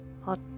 hot